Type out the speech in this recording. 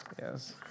Yes